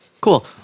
Cool